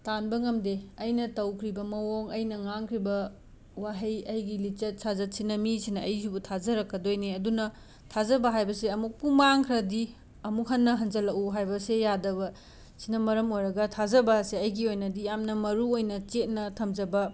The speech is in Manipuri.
ꯇꯥꯟꯕ ꯉꯝꯗꯦ ꯑꯩꯅ ꯇꯧꯈ꯭ꯔꯤꯕ ꯃꯑꯣꯡ ꯑꯩꯅ ꯉꯥꯡꯈ꯭ꯔꯤꯕ ꯋꯥꯍꯩ ꯑꯩꯒꯤ ꯂꯤꯆꯠ ꯁꯥꯖꯠꯁꯤꯅ ꯃꯤꯁꯤꯅ ꯑꯩꯁꯤꯕꯨ ꯊꯥꯖꯔꯛꯀꯗꯣꯏꯅꯦ ꯑꯗꯨꯅ ꯊꯥꯖꯕ ꯍꯥꯏꯕꯁꯦ ꯑꯃꯨꯛꯄꯨ ꯃꯥꯡꯈ꯭ꯔꯗꯤ ꯑꯃꯨꯛ ꯍꯟꯅ ꯍꯟꯖꯤꯜꯂꯛꯑꯣ ꯍꯥꯏꯕꯁꯦ ꯌꯥꯗꯕ ꯁꯤꯅ ꯃꯔꯝ ꯑꯣꯏꯔꯒ ꯊꯥꯖꯕ ꯑꯁꯦ ꯑꯩꯒꯤ ꯑꯣꯏꯅꯗꯤ ꯌꯥꯝꯅ ꯃꯔꯨꯑꯣꯏꯅ ꯆꯦꯠꯅ ꯊꯝꯖꯕ